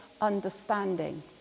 understanding